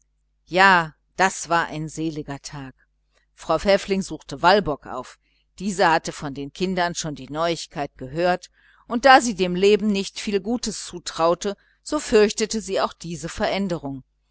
ja das war ein seliger tag frau pfäffling suchte walburg auf diese hatte von den kindern schon die neuigkeit gehört und da sie dem leben nicht viel gutes zutraute so fürchtete sie auch diese veränderung